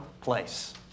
place